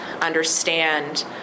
understand